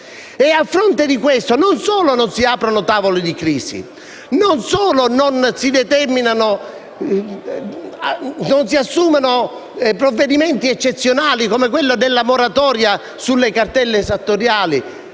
A fronte di questo, però, non solo non si aprono tavoli di crisi, non solo non si assumono provvedimenti eccezionali come la moratoria sulle cartelle esattoriali,